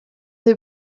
des